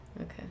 Okay